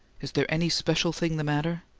is there any special thing the matter?